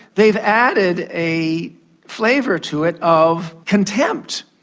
they've added a flavour to it of contempt,